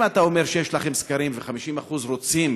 אם אתה אומר שיש לכם סקרים ו-50% רוצים